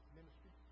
ministry